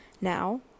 Now